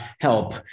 help